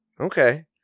Okay